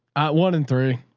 one in three.